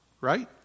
right